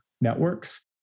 networks